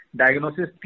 diagnosis